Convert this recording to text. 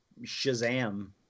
Shazam